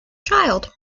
child